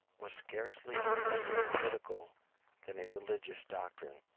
was scarcely less a political than a religious doctrine.